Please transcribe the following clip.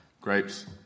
Grapes